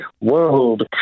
world